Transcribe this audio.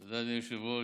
תודה, אדוני היושב-ראש.